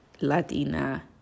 Latina